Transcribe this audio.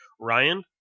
ryan